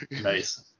Nice